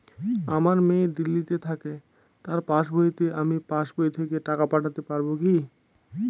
আমার মেয়ে দিল্লীতে থাকে তার পাসবইতে আমি পাসবই থেকে টাকা পাঠাতে পারব কি?